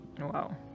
Wow